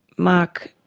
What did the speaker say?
mark,